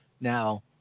Now